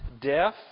deaf